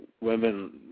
women